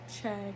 check